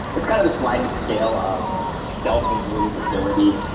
it's kind of the sliding scale of stealth and believability,